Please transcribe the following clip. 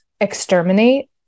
exterminate